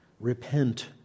repent